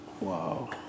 Wow